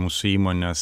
mūsų įmonės